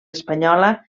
espanyola